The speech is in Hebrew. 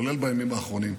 כולל בימים האחרונים,